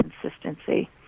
consistency